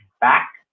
back